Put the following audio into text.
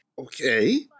Okay